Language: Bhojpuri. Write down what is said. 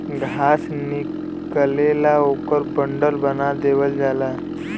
घास निकलेला ओकर बंडल बना देवल जाला